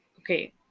Okay